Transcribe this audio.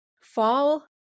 Fall